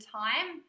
time